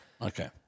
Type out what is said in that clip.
Okay